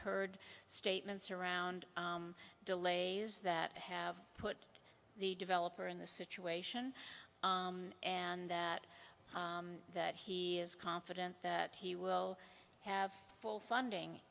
heard statements around delays that have put the developer in the situation and that that he is confident that he will have full funding